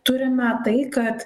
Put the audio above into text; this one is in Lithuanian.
turime tai kad